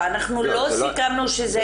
ואנחנו לא סיכמנו שזה יהיה.